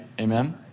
Amen